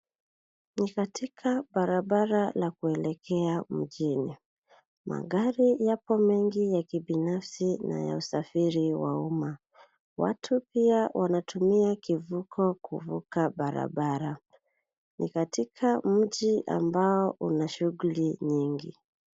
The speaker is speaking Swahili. Ni katika barabara la kuelekea mjini. Magari yapo mengi ya kibinafsi na ya usafiri wa umma. Watu pia wanatumia kivuko kuvuka barabara. Ni katika mji ambao una shughuli mingi.